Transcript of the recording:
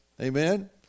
Amen